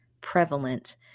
prevalent